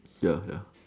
ya ya